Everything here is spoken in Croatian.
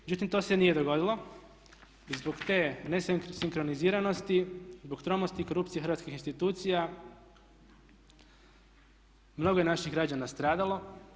Međutim, to se nije dogodilo i zbog te ne sinkroniziranosti, zbog tromosti i korupcije hrvatskih institucija mnogo je naših građana stradalo.